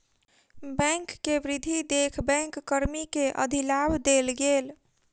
bank के वृद्धि देख बैंक कर्मी के अधिलाभ देल गेल